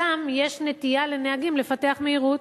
שם יש נטייה לנהגים לפתח מהירות.